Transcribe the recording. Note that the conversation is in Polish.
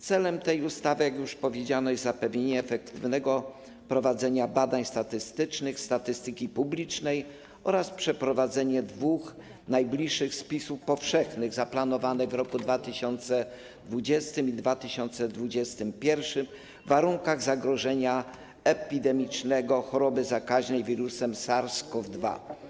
Celem tej ustawy, jak już powiedziano, jest zapewnienie efektywnego prowadzenia badań statystycznych, statystyki publicznej oraz przeprowadzenie dwóch najbliższych spisów powszechnych zaplanowanych w roku 2020 i w roku 2021 w warunkach zagrożenia epidemicznego, jeżeli chodzi o chorobę zakaźną i wirus SARS-CoV-2.